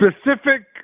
Specific